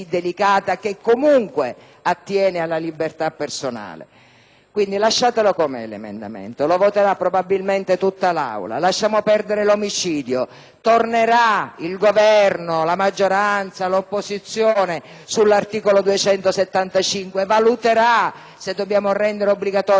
Quindi, lasciatelo com'è, l'emendamento: lo voterà, probabilmente, tutta l'Aula. Lasciamo perdere l'omicidio: il Governo, la maggioranza e l'opposizione torneranno sull'articolo 275, valuteranno se dobbiamo rendere obbligatoria la custodia in carcere, per quali reati, rispetto a quale valutazione, se dobbiamo